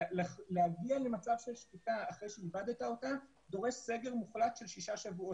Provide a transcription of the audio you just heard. להגיע למצב של שליטה אחרי שאיבדת אותה דורש סגר מוחלט של שישה שבועות,